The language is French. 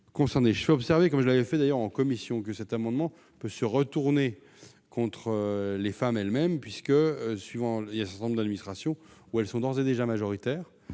Je fais observer, comme je l'avais fait d'ailleurs en commission, que cet amendement peut se retourner contre les femmes elles-mêmes. En effet, dans un certain nombre d'administrations où elles sont d'ores et déjà majoritaires,